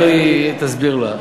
אל תסביר לה.